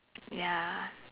ya